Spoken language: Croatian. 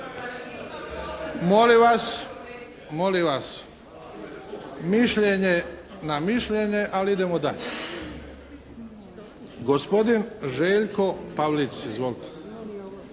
Molim vas, mišljenje na mišljenje ali idemo dalje. Gospodin Željko Pavlic. Izvolite.